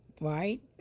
right